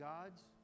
God's